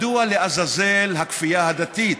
מדוע לעזאזל הכפייה הדתית?